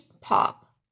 Pop